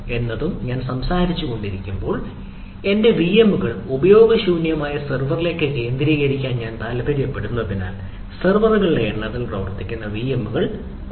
അതിനർത്ഥം ഞാൻ സംസാരിച്ചുകൊണ്ടിരിക്കുമ്പോൾ എന്റെ വിഎമ്മുകൾ ഉപയോഗശൂന്യമായ സെർവറിലേക്ക് കേന്ദ്രീകരിക്കാൻ ഞാൻ താൽപ്പര്യപ്പെടുന്നതിനാൽ സെർവറുകളുടെ എണ്ണത്തിൽ പ്രവർത്തിക്കുന്ന വിഎമ്മുകൾ കുറയുന്നു